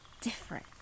different